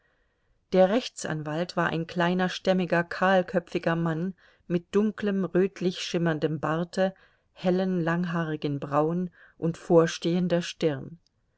der rechtsanwalt war ein kleiner stämmiger kahlköpfiger mann mit dunklem rötlich schimmerndem barte hellen langhaarigen brauen und vorstehender stirn